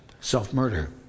self-murder